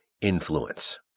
influence